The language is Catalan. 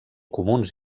comuns